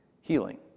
healing